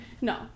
no